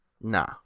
Nah